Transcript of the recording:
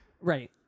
right